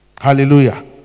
Hallelujah